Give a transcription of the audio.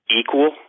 equal